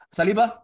Saliba